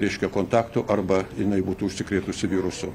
reiškia kontaktų arba jinai būtų užsikrėtusi virusu